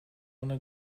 wanna